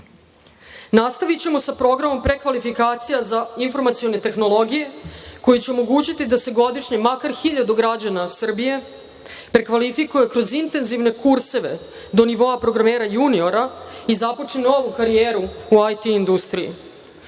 Nastavićemo sa programom prekvalifikacije za informacione tehnologije, koji će omogućiti da se godišnje makar 1000 građana Srbije prekvalifikuje, kroz intenzivne kurseve, do nivoa programera juniora i započne novu karijeru u IT industriji.